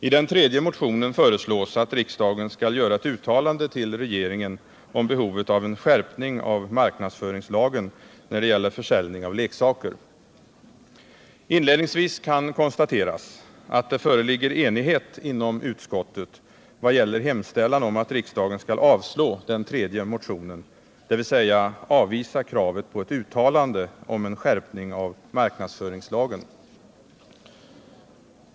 I den tredje motionen föreslås att riksdagen skall göra ett uttalande till regeringen om behovet av en skärpning av marknadsföringslagen när det gäller försäljning av leksaker. Inledningsvis kan konstateras, att det föreligger enighet inom utskottet vad gäller hemställan om att riksdagen skall avslå den tredje motionen, dvs. avvisa kravet på ett uttalande om en skärpning av marknadsföringslagen.